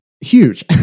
huge